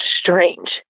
strange